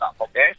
Okay